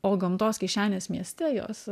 o gamtos kišenės mieste jos